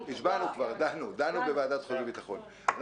דנו כבר בוועדת חוץ וביטחון.